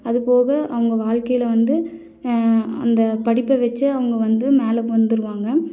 அதுபோக அவங்க வாழ்க்கையில வந்து அந்த படிப்பை வச்சே அவங்க வந்து மேலே வந்துடுவாங்க